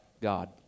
God